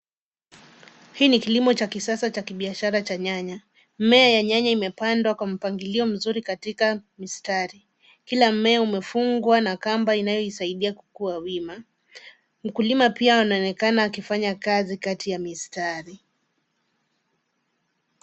Hii ni kilimo cha kisasa cha kibiashara cha nyanya. Mmea ya nyanya imepandwa kwa mpangilio mzuri katika mistari. Kila mmea umefungwa na kamba inayoisaidia kukuwa wima. Mkulima pia anaonekana akifanya kazi kati ya mistari.